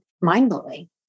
mind-blowing